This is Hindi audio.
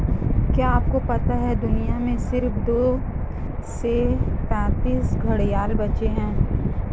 क्या आपको पता है दुनिया में सिर्फ दो सौ पैंतीस घड़ियाल बचे है?